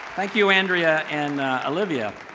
thank you andrea and olivia.